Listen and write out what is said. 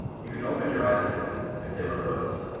you can open your eyes now if they were closed.